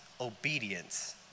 obedience